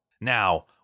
Now